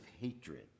hatred